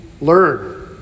learn